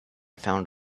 found